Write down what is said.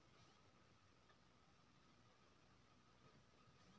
company केर फायदाक किछ भाग रिटेंड कमाइ होइ छै